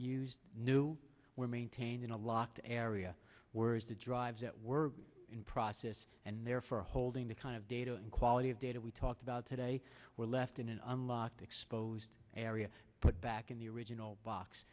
used new were maintained in a locked area where is the drives that were in process and therefore holding the kind of data and quality of data we talked about today were left in an unlocked exposed area put back in the original box